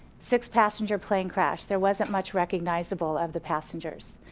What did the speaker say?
six-passenger plane crash, there wasn't much recognizable of the passengers.